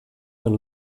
een